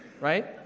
Right